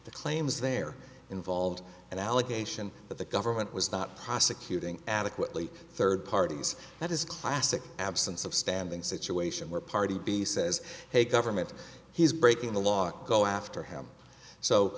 the claims there involved an allegation that the government was not prosecuting adequately third parties that is classic absence of standing situation where party b says hey government he's breaking the law go after him so